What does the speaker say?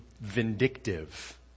vindictive